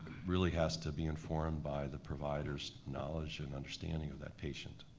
really has to be informed by the provider's knowledge and understanding of that patient.